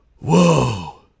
whoa